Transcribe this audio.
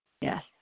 Yes